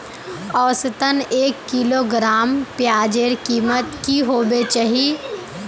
औसतन एक किलोग्राम प्याजेर कीमत की होबे चही?